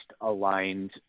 aligned